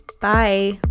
Bye